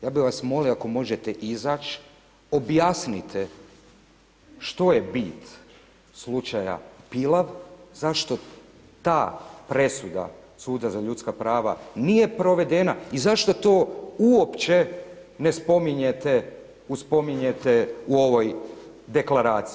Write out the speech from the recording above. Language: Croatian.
Ja bi vas molio ako možete izaći, objasnite što je bit slučaja Pilav zašto ta presuda suda za ljudska prava nije provedena i zašto to uopće ne spominjete u ovoj deklaraciji.